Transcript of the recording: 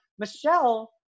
Michelle